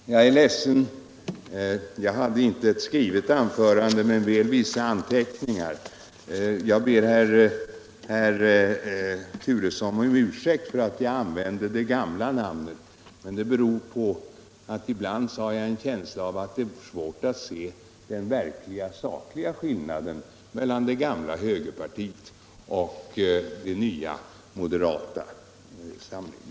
Fru talman! Jag är ledsen. Jag hade inte något färdigt manuskript, men väl vissa anteckningar. Jag ber herr Turesson om ursäkt för att jag använde det gamla namnet. Det berodde på att jag ibland har svårt att se den verkliga, den sakliga skillnaden metlan det gamla högerpartiet och det nya moderata partiet.